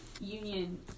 union